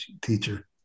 teacher